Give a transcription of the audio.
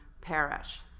perish